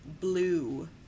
blue